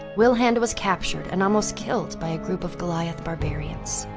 wilhand was captured and almost killed by a group of goliath barbarians.